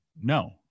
No